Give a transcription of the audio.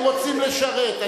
והם רוצים לשרת.